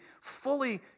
fully